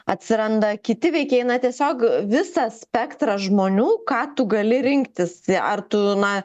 atsiranda kiti veikėjai na tiesiog visą spektrą žmonių ką tu gali rinktis ar tu na